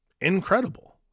incredible